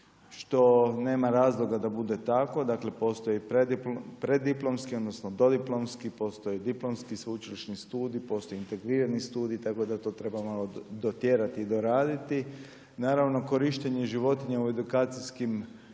što nema razloga da bude, tako, dakle postoje preddiplomski, odnosno dodiplomski, diplomski sveučilišni studij, postoji integrirani studij, tako da treba to malo dotjerati, doraditi. Naravno korištenje životinja za edukacijske